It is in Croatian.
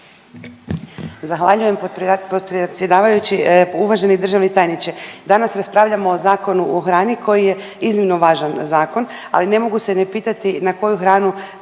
Zahvaljujem potpredsjedavajući. Uvaženi državni tajniče danas raspravljamo o Zakonu o hrani koji je iznimno važan zakon, ali ne mogu se ne pitati na koju hranu